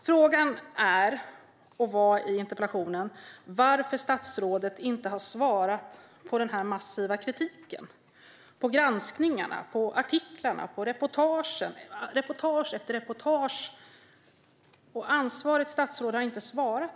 Frågan är, och frågan i interpellationen var, varför statsrådet inte har svarat på den massiva kritiken i granskningarna, i artiklarna och i reportagen. Vi har sett reportage efter reportage, och ansvarigt statsråd har inte svarat.